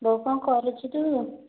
ବୋଉ କ'ଣ କରୁଛୁ ତୁ